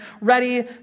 ready